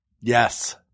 Yes